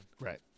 Right